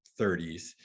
30s